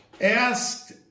asked